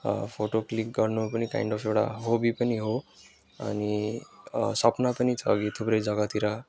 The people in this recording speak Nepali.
फोटो क्लिक गर्नु पनि काइन्ड अफ एउटा हबी पनि हो अनि सपना पनि छ ह कि थुप्रै जग्गातिर